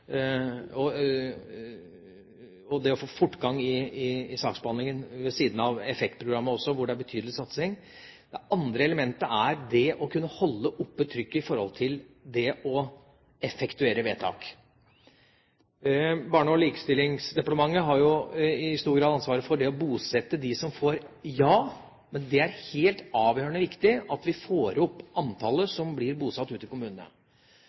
og det å få fortgang i saksbehandlingen, ved siden av EFFEKT-programmet, hvor det er betydelig satsing, er å kunne holde oppe trykket for å effektuere vedtak. Barne- og likestillingsdepartementet har jo i stor grad ansvar for det å bosette dem som får et ja, men det er helt avgjørende viktig at vi får opp antallet som blir bosatt ute i kommunene.